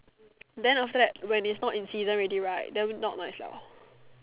then after that when is not in season already right then not not as well